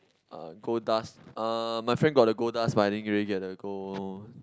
uh gold dust uh my friend got the gold dust but I didn't really get the gold